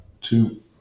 two